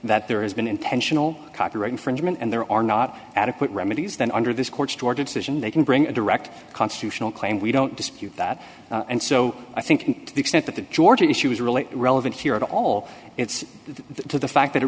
that there has been intentional copyright infringement and there are not adequate remedies then under this court's decision they can bring a direct constitutional claim we don't dispute that and so i think to the extent that the georgian issue is really relevant here at all it's the fact that it